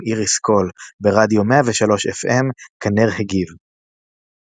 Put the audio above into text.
איריס קול ברדיו 103FM כנר הגיב קבלה